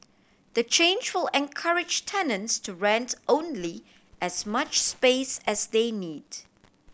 the change will encourage tenants to rents only as much space as they need